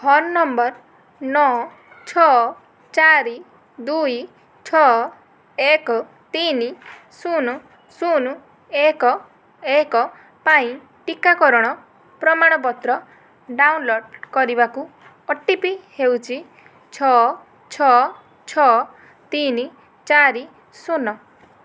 phone number ନଅ ଛଅ ଚାରି ଦୁଇ ଛଅ ଏକ ତିନି ଶୂନ୍ ଶୂନ୍ ଏକ ଏକ ପାଇଁ ଟିକାକରଣ ପ୍ରମାଣପତ୍ର ଡାଉନଲୋଡ଼୍ କରିବାକୁ ଓ ଟି ପି ହେଉଛି ଛଅ ଛଅ ଛଅ ତିନି ଚାରି ଶୂନ୍